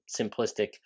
simplistic